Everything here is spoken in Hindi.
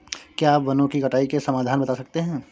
क्या आप वनों की कटाई के समाधान बता सकते हैं?